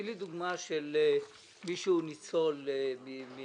תני לי דוגמה של מי שהוא ניצול מהשואה